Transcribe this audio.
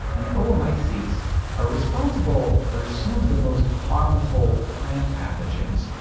and oomycetes are responsible for some of the most harmful plant pathogens,